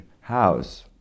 house